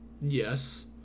Yes